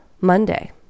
Monday